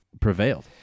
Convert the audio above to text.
prevailed